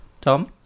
Tom